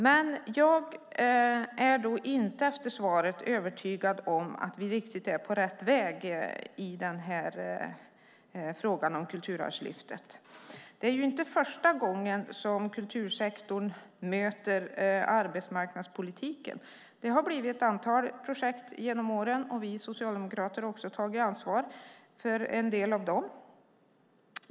Efter att ha hört svaret är jag inte helt övertygad om att vi är på rätt väg i fråga om Kulturarvslyftet. Det är inte första gången som kultursektorn möter arbetsmarknadspolitiken. Det har funnits ett antal projekt genom åren, och vi socialdemokrater har tagit ansvar för en del av dem.